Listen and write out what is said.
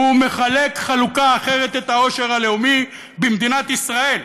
מחלק חלוקה אחרת את העושר הלאומי במדינת ישראל.